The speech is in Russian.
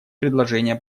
предложения